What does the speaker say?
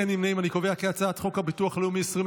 להעביר הצעת חוק הביטוח הלאומי (תיקון,